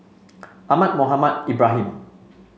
Ahmad Mohamed Ibrahim